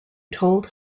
told